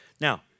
Now